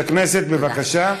כנסת, בבקשה.